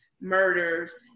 murders